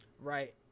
right